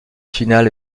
final